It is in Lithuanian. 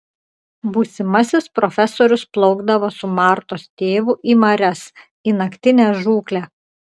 būsimasis profesorius plaukdavo su martos tėvu į marias į naktinę žūklę